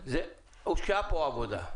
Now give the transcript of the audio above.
זה משהו שהושקעה בו הרבה עבודה,